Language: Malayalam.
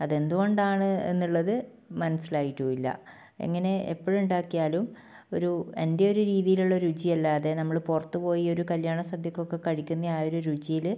അതെന്ത് കൊണ്ടാണ് എന്നുള്ളത് മനസ്സിലായിട്ടും ഇല്ല എങ്ങനെ എപ്പോഴുണ്ടാക്കിയാലും ഒരു എൻ്റെ ഒരു രീതിയിലുള്ള രുചിയല്ലാതെ നമ്മൾ പുറത്ത് പോയി ഒരു കല്യാണസദ്യക്കൊക്കെ കഴിക്കുന്ന ആ ഒരു രുചിയിൽ